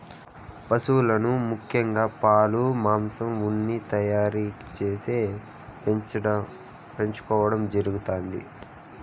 పసువులను ముఖ్యంగా పాలు, మాంసం, ఉన్నిని తయారు చేసేకి పెంచుకోవడం జరుగుతాది